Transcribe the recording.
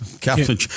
Captain